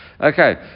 Okay